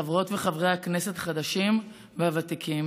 חברות וחברי הכנסת החדשים והוותיקים,